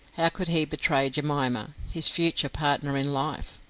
how could he betray jemima, his future partner in life?